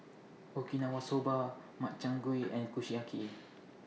Okinawa Soba Makchang Gui and Kushiyaki